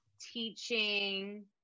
teaching